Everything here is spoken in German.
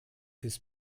des